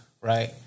Right